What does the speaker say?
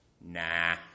nah